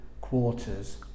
quarters